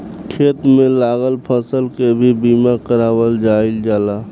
खेत में लागल फसल के भी बीमा कारावल जाईल जाला